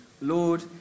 Lord